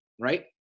right